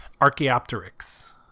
Archaeopteryx